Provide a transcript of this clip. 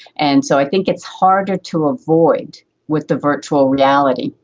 and so i think it's harder to avoid with the virtual reality.